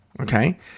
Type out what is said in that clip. Okay